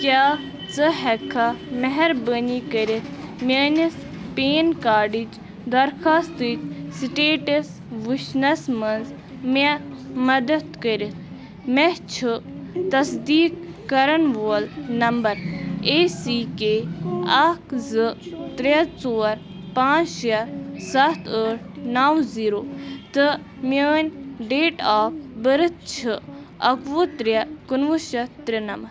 کیٛاہ ژٕ ہٮ۪ککھا مہربٲنی کٔرِتھ میٲنِس پین کارڈٕچ درخواستٕکۍ سِٹیٹس وٕچھنس منٛز مےٚ مدد کٔرِتھ مےٚ چھُ تصدیٖق کرن وول نمبر اے سی کے اکھ زٕ ترٛےٚ ژور پانٛژھ شےٚ سَتھ ٲٹھ نو زیٖرو تہٕ میٲنۍ ڈیٹ آف بٔرٕتھ چھِ اکہٕ وُہ ترٛےٚ کُنوُہ شَتھ ترُنَمَتھ